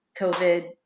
COVID